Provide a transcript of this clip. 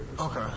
Okay